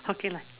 okay lah